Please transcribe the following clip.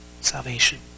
Salvation